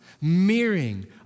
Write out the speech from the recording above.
mirroring